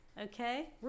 Okay